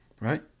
right